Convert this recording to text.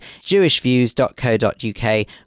jewishviews.co.uk